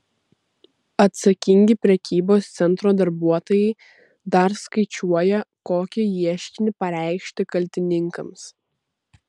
atsakingi prekybos centro darbuotojai dar skaičiuoja kokį ieškinį pareikšti kaltininkams